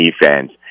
defense